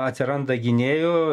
atsiranda gynėjų